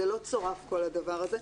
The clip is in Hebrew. זה לא צורף כל הדבר הזה,